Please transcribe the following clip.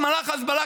אז מערך ההסברה,